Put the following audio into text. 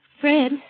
Fred